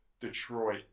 Detroit